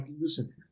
listen